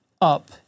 up